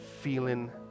feeling